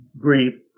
grief